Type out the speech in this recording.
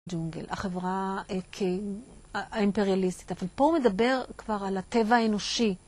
ג'ונגל, החברה האימפריאליסטית, אבל פה הוא מדבר כבר על הטבע האנושי.